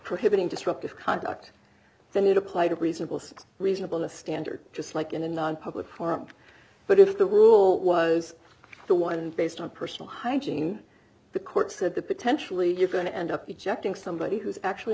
prohibiting disruptive conduct then it applied a reasonable reasonable standard just like in a non public forum but if the rule was the one based on personal hygiene the court said that potentially you're going to end up ejecting somebody who's actually